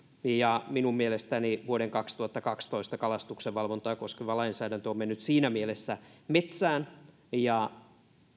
minun mielestäni vuoden kaksituhattakaksitoista kalastuksenvalvontaa koskeva lainsäädäntö on mennyt siinä mielessä metsään ja